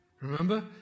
Remember